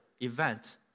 event